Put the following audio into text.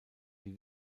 die